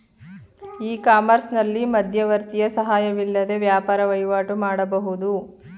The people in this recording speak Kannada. ಇ ಕಾಮರ್ಸ್ನಲ್ಲಿ ಮಧ್ಯವರ್ತಿಯ ಸಹಾಯವಿಲ್ಲದೆ ವ್ಯಾಪಾರ ವಹಿವಾಟು ಮಾಡಬಹುದು